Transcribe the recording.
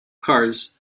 cars